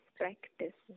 practice